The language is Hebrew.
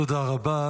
תודה רבה.